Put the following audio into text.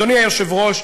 אדוני היושב-ראש,